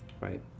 Right